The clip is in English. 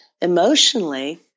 emotionally